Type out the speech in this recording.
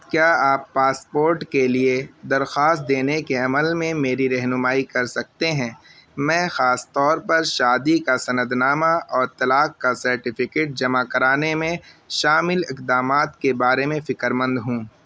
کیا آپ پاسپورٹ کے لیے درخواست دینے کے عمل میں میری رہنمائی کر سکتے ہیں میں خاص طور پر شادی کا سند نامہ اور طلاق کا سرٹیفکیٹ جمع کرانے میں شامل اقدامات کے بارے میں فکر مند ہوں